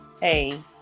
hey